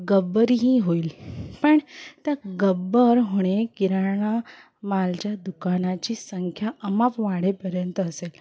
गब्बरही होईल पण त्या गब्बर होणे किराणा मालाच्या दुकानाची संख्या अमाप वाढेपर्यंत असेल